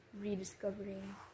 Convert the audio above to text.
rediscovering